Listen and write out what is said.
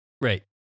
right